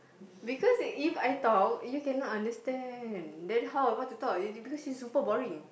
because If I talk you cannot understand then how am I to talk it's because it's super boring